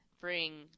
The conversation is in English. bring